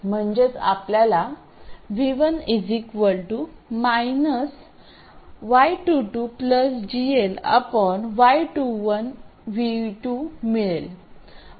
म्हणजेच आपल्याला v1 y22 GL y21 V2 मिळेल